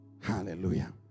Hallelujah